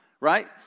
right